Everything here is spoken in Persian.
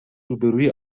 روبهروی